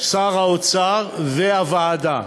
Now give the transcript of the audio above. את שר האוצר ואת הוועדה.